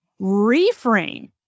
reframe